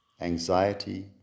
anxiety